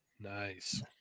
Nice